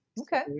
Okay